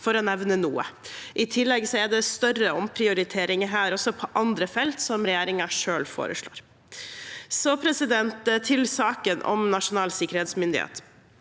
I tillegg er det større omprioriteringer også på andre felter som regjeringen selv foreslår. Så til saken om Nasjonal sikkerhetsmyndighet: